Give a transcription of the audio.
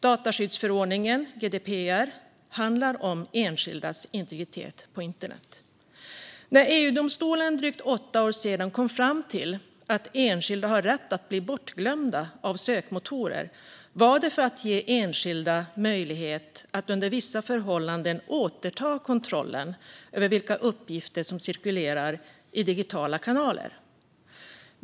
Dataskyddsförordningen, GDPR, handlar om enskildas integritet på internet. När EU-domstolen för drygt åtta år sedan kom fram till att enskilda har rätt att bli bortglömda av sökmotorer var det för att ge enskilda möjlighet att under vissa förhållanden återta kontrollen över vilka uppgifter som cirkulerar i digitala kanaler.